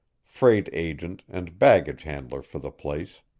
freight agent and baggage handler for the place.